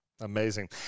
amazing